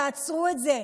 תעצרו את זה.